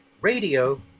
Radio